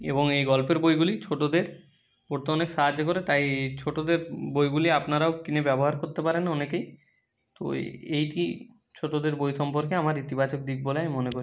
এবং এই গল্পের বইগুলি ছোটদের পড়তে অনেক সাহায্য করে তাই ছোটদের বইগুলি আপনারাও কিনে ব্যবহার করতে পারেন অনেকেই তো এই এইটি ছোটদের বই সম্পর্কে আমার ইতিবাচক দিক বলে আমি মনে করি